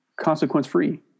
consequence-free